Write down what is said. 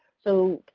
so,